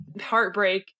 heartbreak